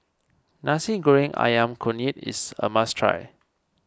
Nasi Goreng Ayam Kunyit is a must try